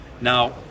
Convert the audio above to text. Now